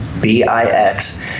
B-I-X